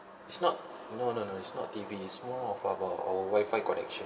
it's not no no no it's not T_V is more of about our wifi connection